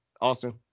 Austin